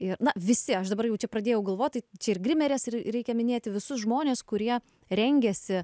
ir na visi aš dabar jau čia pradėjau galvot tai čia ir grimeres ir reikia minėti visus žmones kurie rengiasi